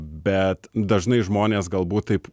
bet dažnai žmonės galbūt taip